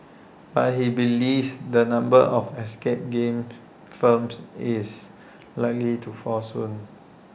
but he believes the number of escape game firms is likely to fall soon